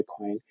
Bitcoin